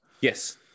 Yes